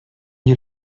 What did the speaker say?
you